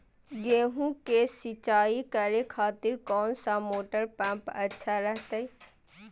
गेहूं के सिंचाई करे खातिर कौन सा मोटर पंप अच्छा रहतय?